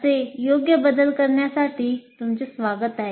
असे योग्य बदल करण्यासाठी तुमचे स्वागत आहे